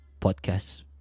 podcast